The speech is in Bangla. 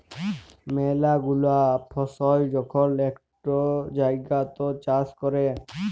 ম্যালা গুলা ফসল যখল ইকই জাগাত চাষ ক্যরে